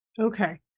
Okay